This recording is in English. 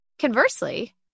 Conversely